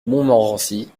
montmorency